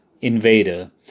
invader